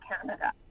Canada